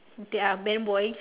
their band boy